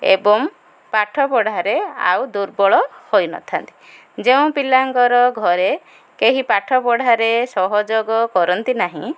ଏବଂ ପାଠପଢ଼ାରେ ଆଉ ଦୁର୍ବଳ ହୋଇନଥାନ୍ତି ଯେଉଁ ପିଲାଙ୍କର ଘରେ କେହି ପାଠପଢ଼ାରେ ସହଯୋଗ କରନ୍ତି ନାହିଁ